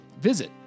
visit